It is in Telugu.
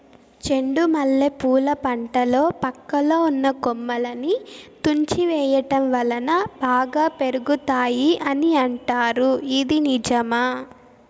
చెండు మల్లె పూల పంటలో పక్కలో ఉన్న కొమ్మలని తుంచి వేయటం వలన బాగా పెరుగుతాయి అని అంటారు ఇది నిజమా?